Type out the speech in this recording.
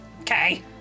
Okay